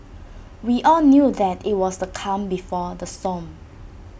we all knew that IT was the calm before the storm